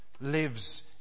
lives